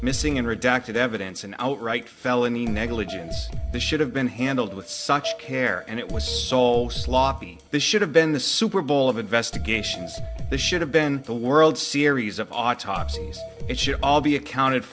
missing in redacted evidence and outright felony negligence this should have been handled with such care and it was sold sloppy this should have been the super bowl of investigations this should have been the world series of autopsy it should all be accounted